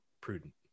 prudent